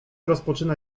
rozpoczyna